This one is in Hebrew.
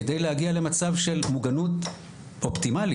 כדי להגיע למצב של מוגנות אופטימלית,